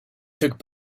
took